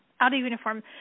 out-of-uniform